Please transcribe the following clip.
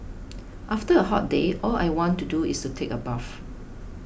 after a hot day all I want to do is take a bath